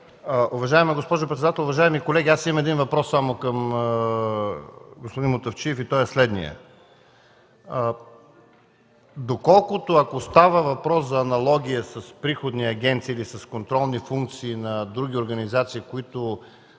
Уважаема госпожо председател, уважаеми колеги, имам само един въпрос към господин Мутафчиев и той е следният: ако става въпрос за аналогия с приходни агенции или с контролни функции на други организации, които